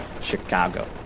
Chicago